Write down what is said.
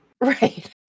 Right